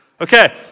Okay